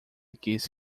quis